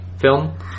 film